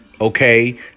okay